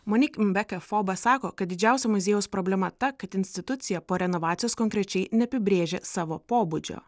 monik mbeka foba sako kad didžiausia muziejaus problema ta kad institucija po renovacijos konkrečiai neapibrėžė savo pobūdžio